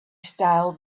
style